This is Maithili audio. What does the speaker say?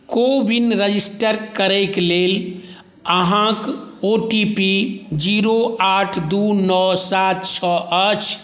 को विन रजिस्टर करैक लेल अहाँके ओ टी पी जीरो आठ दू नओ सात छओ अछि